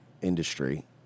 industry